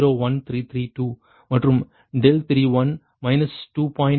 01332 மற்றும் 3 2